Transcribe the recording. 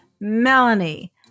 Melanie